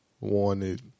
wanted